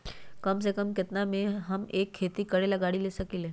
कम से कम केतना में हम एक खेती करेला गाड़ी ले सकींले?